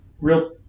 real